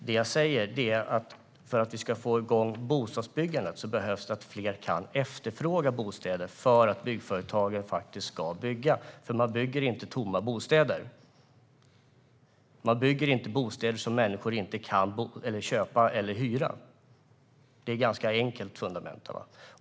Det jag säger är: För att få igång bostadsbyggandet behövs att fler kan efterfråga bostäder. Byggföretagen bygger inte bostäder som ska stå tomma. De bygger inte bostäder som människor inte kan köpa eller hyra. Det är ganska enkla fundamenta.